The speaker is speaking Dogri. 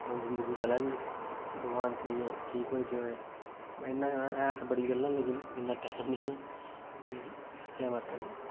जिंदगी चलै दी भगवान करियै ठीक होई जाए में ऐ ते बड़ियां गल्लां न लेकिन इन्ना टैम नेईं ऐ जै माता दी